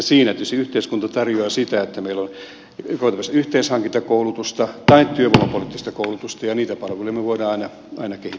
siinä tietysti yhteiskunta tarjoaa sitä että meillä on joko tämmöistä yhteishankintakoulutusta tai työvoimapoliittista koulutusta ja niitä palveluja me voimme aina kehittää